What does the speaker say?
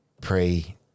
pre